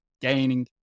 gaining